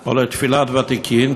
או לתפילת ותיקין,